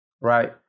Right